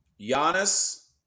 Giannis